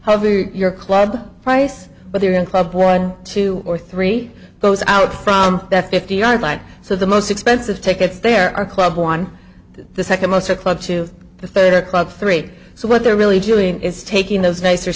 your club price but they're in a club or one two or three goes out from the fifty yard line so the most expensive tickets there are club on the second most are clubs to the third or club three so what they're really doing is taking those nicer